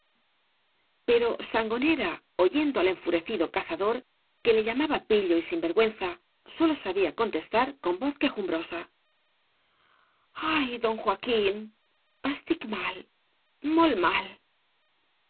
pero sangonera oyendo ai enfurecido cazador que í llamaba pillo y sinvergüenza sólo sabía contebtar con voz quejumbrosa ay don joaquin estich mal molt mal